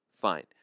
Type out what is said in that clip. fine